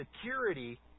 security